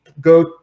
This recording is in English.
go